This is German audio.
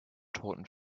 toten